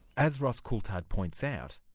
as ross coulthart points out,